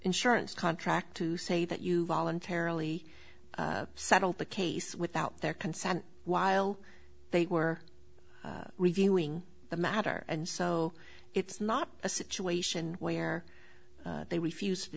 insurance contract to say that you voluntarily settled the case without their consent while they were reviewing the matter and so it's not a situation where they refused to